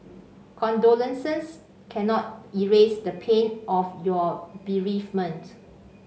condolences cannot erase the pain of your bereavement